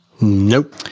nope